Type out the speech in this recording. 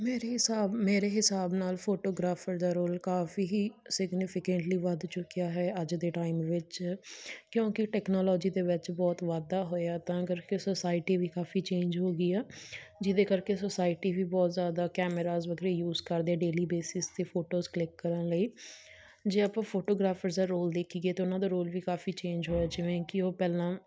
ਮੇਰੇ ਹਿਸਾਬ ਮੇਰੇ ਹਿਸਾਬ ਨਾਲ ਫੋਟੋਗ੍ਰਾਫਰ ਦਾ ਰੋਲ ਕਾਫੀ ਹੀ ਸਿਗਨੀਫਿਕੈਂਟਲੀ ਵੱਧ ਚੁੱਕਿਆ ਹੈ ਅੱਜ ਦੇ ਟਾਈਮ ਵਿੱਚ ਕਿਉਂਕਿ ਟੈਕਨੋਲੋਜੀ ਦੇ ਵਿੱਚ ਬਹੁਤ ਵਾਧਾ ਹੋਇਆ ਤਾਂ ਕਰਕੇ ਸੋਸਾਇਟੀ ਵੀ ਕਾਫੀ ਚੇਂਜ ਹੋ ਗਈ ਆ ਜਿਹਦੇ ਕਰਕੇ ਸੁਸਾਇਟੀ ਵੀ ਬਹੁਤ ਜ਼ਿਆਦਾ ਕੈਮਰਾਜ਼ ਵੱਖਰੀ ਯੂਜ ਕਰਦੇ ਡੇਲੀ ਬੇਸਿਸ 'ਤੇ ਫੋਟੋਜ ਕਲਿੱਕ ਕਰਨ ਲਈ ਜੇ ਆਪਾਂ ਫੋਟੋਗ੍ਰਾਫਰਸ ਦਾ ਰੋਲ ਦੇਖੀਏ ਤਾਂ ਉਹਨਾਂ ਦਾ ਰੋਲ ਵੀ ਕਾਫੀ ਚੇਂਜ ਹੋਇਆ ਜਿਵੇਂ ਕਿ ਉਹ ਪਹਿਲਾਂ